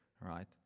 right